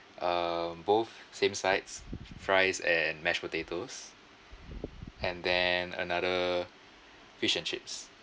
uh both with sides also um both same sides f~ fries and mash potatoes and then another fish and chips